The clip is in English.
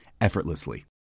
effortlessly